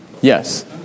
Yes